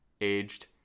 aged